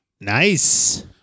Nice